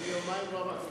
אני יומיים כבר מנסה,